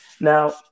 Now